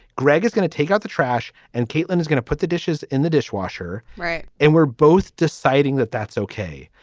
greg is going to take out the trash and caitlin is going to put the dishes in the dishwasher. right. and we're both deciding that that's okay.